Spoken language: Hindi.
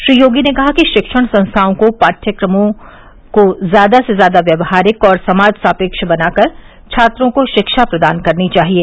श्री योगी ने कहा कि शिक्षण संस्थाओं को पाद्यक्रमों को ज्यादा से ज्यादा व्यवहारिक और समाज सापेक्ष बना कर छात्रों को शिक्षा प्रदान करनी चाहिये